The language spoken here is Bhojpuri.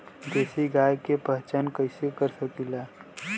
देशी गाय के पहचान कइसे कर सकीला?